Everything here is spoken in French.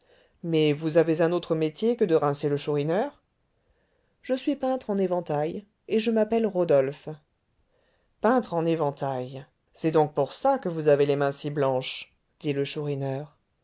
mais vous avez un autre métier que de rincer le chourineur je suis peintre en éventails et je m'appelle rodolphe peintre en éventails c'est donc ça que vous avez les mains si blanches dit le